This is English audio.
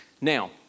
Now